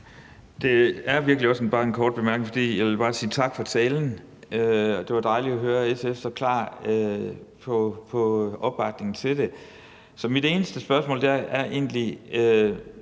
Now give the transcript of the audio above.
Det er virkelig også bare en kort bemærkning, for jeg vil bare sige tak for talen. Det var dejligt at høre SF være så klar med hensyn til opbakningen til det. Så mit eneste spørgsmål vedrører egentlig,